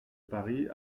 paris